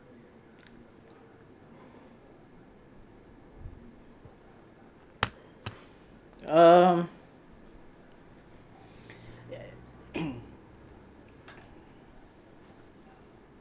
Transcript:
um